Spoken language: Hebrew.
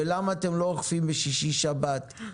ומדוע אתם לא אוכפים בשישי ושבת.